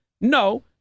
No